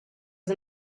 was